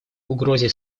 угрозе